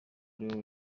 ariwe